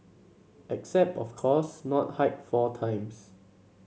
except of course not hike four times